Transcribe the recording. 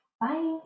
Bye